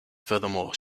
furthermore